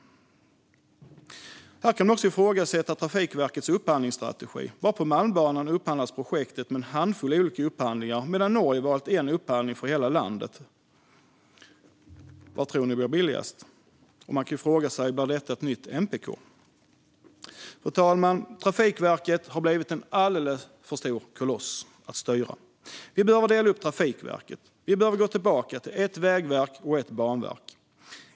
Här kan man också ifrågasätta Trafikverkets upphandlingsstrategi. Bara på Malmbanan upphandlas projektet med en handfull olika upphandlingar, medan Norge har valt en upphandling för hela landet. Vad tror ni blir billigast? Man kan fråga sig om detta blir ett nytt MPK. Fru talman! Trafikverket har blivit en alldeles för stor koloss att styra. Vi behöver dela upp Trafikverket och gå tillbaka till ett vägverk och ett banverk.